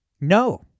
No